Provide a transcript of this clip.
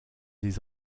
des